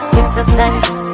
exercise